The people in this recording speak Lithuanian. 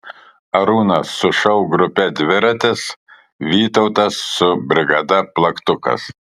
arūnas su šou grupe dviratis vytautas su brigada plaktukas